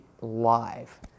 live